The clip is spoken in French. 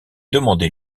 demander